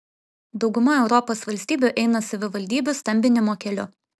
dauguma europos valstybių eina savivaldybių stambinimo keliu